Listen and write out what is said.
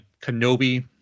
kenobi